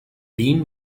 bin